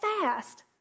fast